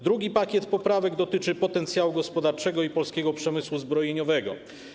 Drugi pakiet poprawek dotyczy potencjału gospodarczego i polskiego przemysłu zbrojeniowego.